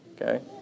okay